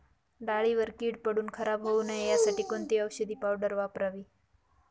डाळीवर कीड पडून खराब होऊ नये यासाठी कोणती औषधी पावडर वापरावी?